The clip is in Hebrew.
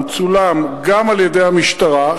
צולם גם על-ידי המשטרה,